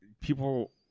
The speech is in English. people